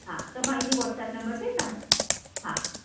हा त मां इन वाट्सअप नम्बर ते तव्हां हा